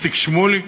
איציק שמולי,